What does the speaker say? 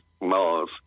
Mars